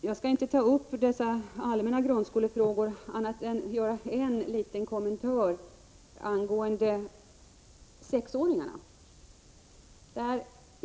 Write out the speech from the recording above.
Jag skall inte uppehålla mig vid allmänna grundskolefrågor ytterligare annat än med en liten kommentar angående sexåringarna.